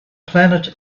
planet